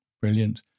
Brilliant